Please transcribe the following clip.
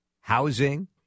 housing